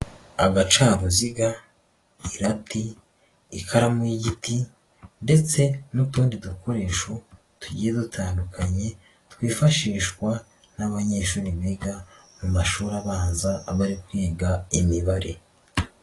Agacaguziga, irati, ikaramu y'igiti ndetse n'utundi dukoresho tugiye dutandukanye twifashishwa n'abanyeshuri biga mu mashuri abanza bari kwiga imibare.